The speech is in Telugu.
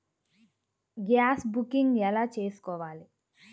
గ్యాస్ బుకింగ్ ఎలా చేసుకోవాలి?